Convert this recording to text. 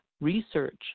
research